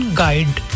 guide